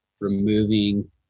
removing